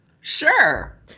Sure